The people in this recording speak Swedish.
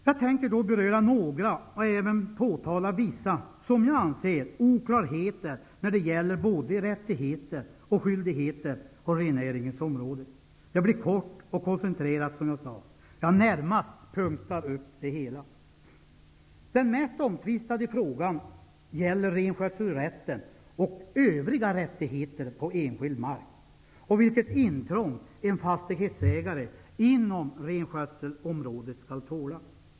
Jag tänker beröra några och även påtala vissa, som jag anser, oklarheter när det gäller både rättigheter och skyldigheter å rennäringens område. Det blir kort och koncentrerat, jag närmast punktar upp det hela. Den mest omtvistade frågan gäller renskötselrätten och övriga rättigheter på enskild mark samt vilket intrång en fastighetsägare inom renskötselområdet skall tåla.